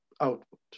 output